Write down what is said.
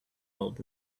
old